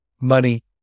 money